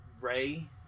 Ray